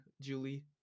Julie